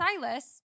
Silas